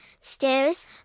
stairs